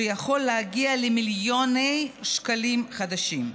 שיכול להגיע למיליוני שקלים חדשים.